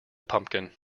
pumpkin